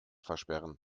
versperren